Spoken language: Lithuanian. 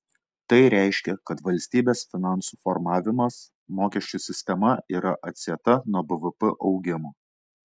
tai reiškia kad valstybės finansų formavimas mokesčių sistema yra atsieta nuo bvp augimo